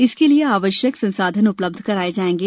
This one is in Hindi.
इसके लिए आवश्यक संसाधन उपलब्ध कराये जाएगे